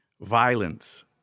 Violence